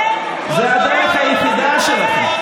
אין לכם רוב ציוני בלעדינו.